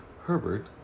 Herbert